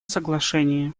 соглашении